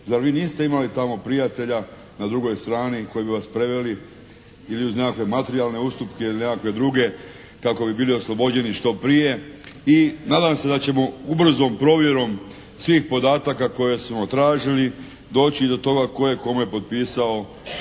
Zar vi niste imali tamo prijatelja na drugoj strani koji bi vas preveli ili uz nekakve materijalne ustupke, ili uz nekakve druge kako bi bili oslobođeni što prije? I nadam se da ćemo ubrzom provjerom svih podataka koje smo tražili doći do toga tko je kome potpisao